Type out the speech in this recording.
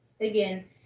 Again